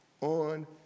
on